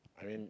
I mean